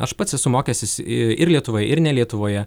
aš pats esu mokęsis ir lietuvai ir ne lietuvoje